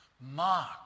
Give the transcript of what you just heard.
Mark